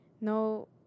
no